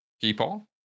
people